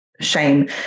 shame